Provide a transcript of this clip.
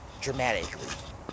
Dramatically